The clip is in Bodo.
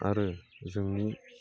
आरो जोंनि